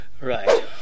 Right